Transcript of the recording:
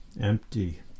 Empty